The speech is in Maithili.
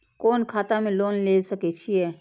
कोन खाता में लोन ले सके छिये?